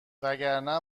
وگرنه